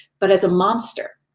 but as a monster.